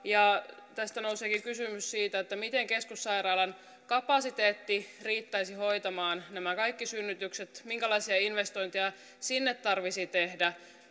tästä nouseekin kysymys siitä miten keskussairaalan kapasiteetti riittäisi hoitamaan nämä kaikki synnytykset minkälaisia investointeja sinne tarvitsisi tehdä